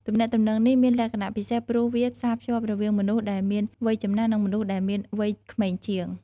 ទំនាក់ទំនងនេះ មានលក្ខណៈពិសេសព្រោះវាផ្សារភ្ជាប់រវាងមនុស្សដែលមានវ័យចំណាស់ និងមនុស្សដែលមានវ័យក្មេងជាង។